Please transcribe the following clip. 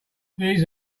these